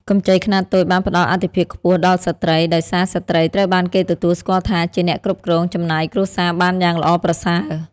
កម្ចីខ្នាតតូចបានផ្ដល់អាទិភាពខ្ពស់ដល់ស្ត្រី ដោយសារស្ត្រីត្រូវបានគេទទួលស្គាល់ថាជាអ្នកគ្រប់គ្រងចំណាយគ្រួសារបានយ៉ាងល្អប្រសើរ។